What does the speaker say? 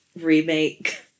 remake